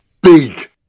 big